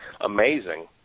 amazing